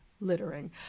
littering